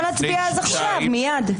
בוא נצביע אז עכשיו מייד.